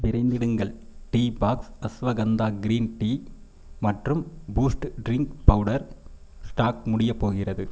விரைந்திடுங்கள் tea box ashwagandha green tea மற்றும் boost drink powder stock முடியப்போகிறது